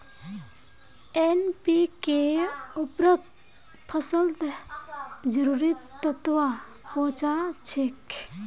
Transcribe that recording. NPK उर्वरक फसलत जरूरी तत्व पहुंचा छेक